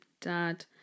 Dad